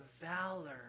valor